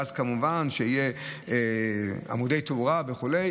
ואז כמובן יהיו עמודי תאורה וכו'.